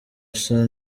usa